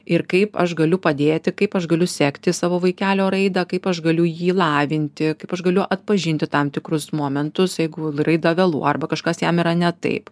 ir kaip aš galiu padėti kaip aš galiu sekti savo vaikelio raidą kaip aš galiu jį lavinti kaip aš galiu atpažinti tam tikrus momentus jeigu raida vėluoja arba kažkas jam yra ne taip